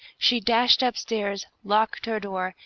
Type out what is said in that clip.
she dashed up-stairs, locked her door,